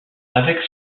avec